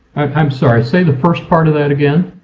i'm sorry say the first part of that again?